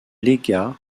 légat